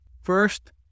first